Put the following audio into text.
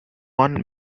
one